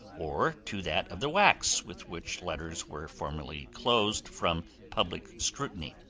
or to that of the wax with which letters were formerly closed from public scrutiny.